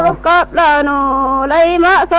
ah batman o la